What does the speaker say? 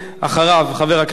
8071, 8073,